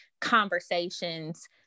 conversations